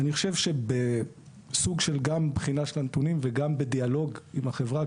אני חושב שבסוג של גם בחינה של הנתונים וגם בדיאלוג עם החברה,